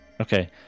Okay